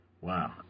Wow